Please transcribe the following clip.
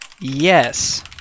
Yes